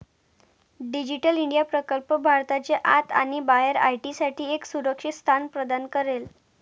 digital India प्रकल्प भारताच्या आत आणि बाहेर आय.टी साठी एक सुरक्षित स्थान प्रदान करेल